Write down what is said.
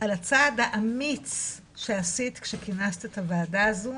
על הצעד האמיץ שעשית שכינסת את הועדה הזו.